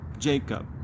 Jacob